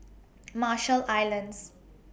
Marshall Islands